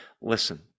Listen